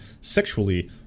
sexually